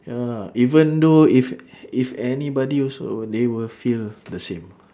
ya even though if if anybody also they will feel the same